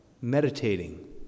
meditating